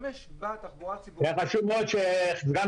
השתמש בתחבורה הציבורית --- חבר הכנסת מרגי,